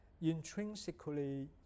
intrinsically